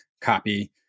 copy